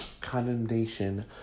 condemnation